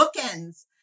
bookends